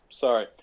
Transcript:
Sorry